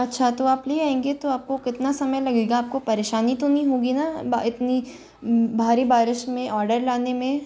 अच्छा तो आप ले आयेंगे तो आपको कितना समय लगेगा आपको परेशानी तो नहीं होगी ना इतनी भारी बारिश मे ऑर्डर लाने में